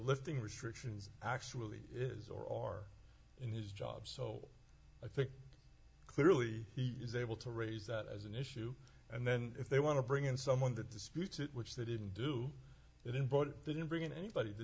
lifting restrictions actually is or are in his job so i think clearly he is able to raise that as an issue and then if they want to bring in someone that disputes it which they didn't do it in but didn't bring in anybody to